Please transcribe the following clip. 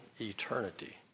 eternity